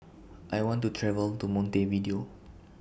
I want to travel to Montevideo